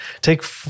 take